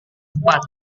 cepat